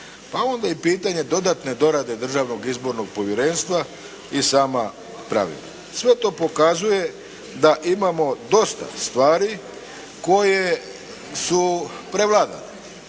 pa onda i pitanje dodatne dorade Državnog izbornog povjerenstva i sama pravila. Sve to pokazuje da imamo dosta stvari koje su prevladane,